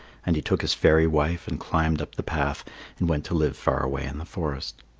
and he took his fairy wife and climbed up the path and went to live far away in the forest.